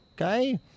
okay